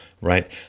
right